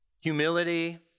humility